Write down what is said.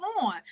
on